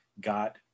got